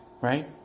Right